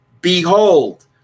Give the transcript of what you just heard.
behold